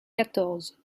quatorze